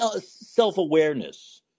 self-awareness